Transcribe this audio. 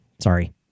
Sorry